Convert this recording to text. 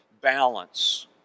balance